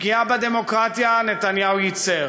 פגיעה בדמוקרטיה, נתניהו ייצר.